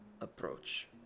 approach